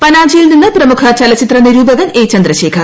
പനാജിയിൽ നിന്ന് പ്രമുഖ ചലച്ചിത്ര നിരൂപകൻ എ ചന്ദ്രശേഖർ